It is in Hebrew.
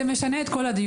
זה משנה את כל הדיון.